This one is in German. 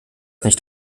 nicht